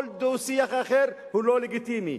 כל דו-שיח אחר יהיה לא לגיטימי,